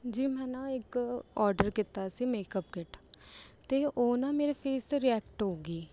ਜੀ ਮੈਂ ਨਾ ਇੱਕ ਆਡਰ ਕੀਤਾ ਸੀ ਮੇਕਅੱਪ ਕਿੱਟ ਅਤੇ ਉਹ ਨਾ ਮੇਰੇ ਫੇਸ 'ਤੇ ਰੀਐਕਟ ਹੋ ਗਈ